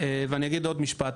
ואני אגיד עוד משפט.